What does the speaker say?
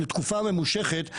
ואפשר היה להשתחרר ממוטת השליטה הזאת.